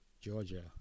Georgia